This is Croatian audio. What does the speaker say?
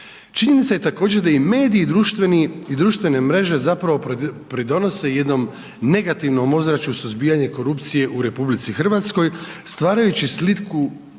Činjenica je također da i mediji i društvene mreže zapravo pridonose jednom negativnom ozračju suzbijanju korupcije u RH, stvarajući sliku